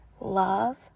love